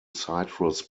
citrus